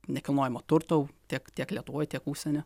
nekilnojamo turto tiek tiek lietuvoj tiek užsieny